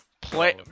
play